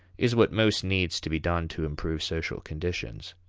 is what most needs to be done to improve social conditions.